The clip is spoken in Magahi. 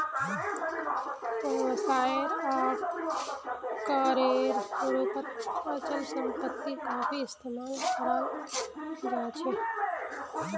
व्यवसायेर आकारेर रूपत अचल सम्पत्ति काफी इस्तमाल कराल जा छेक